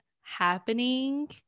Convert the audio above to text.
happening